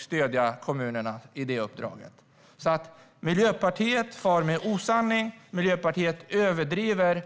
stödja kommunerna. Miljöpartiet far med osanning. Miljöpartiet överdriver.